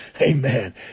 amen